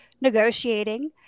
negotiating